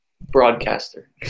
broadcaster